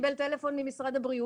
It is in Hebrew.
שקיבל טלפון ממשרד הבריאות,